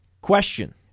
Question